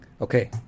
Okay